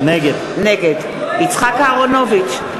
נגד יצחק אהרונוביץ,